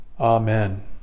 Amen